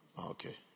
Okay